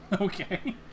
okay